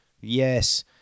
Yes